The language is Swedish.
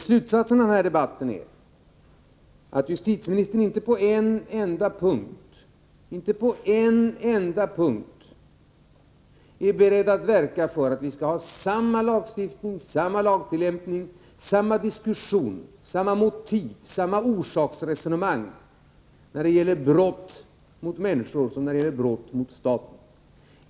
Slutsatsen i den här debatten är att justitieministern inte på en enda punkt är beredd att verka för att vi skall ha samma lagstiftning, samma lagtillämp ning, samma diskussion, samma motiv, samma orsaksresonemang när det gäller brott mot människor som när det gäller brott mot staten.